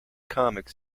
comic